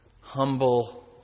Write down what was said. humble